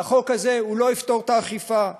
והחוק הזה לא יפתור את האכיפה,